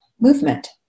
Movement